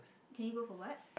can you go for what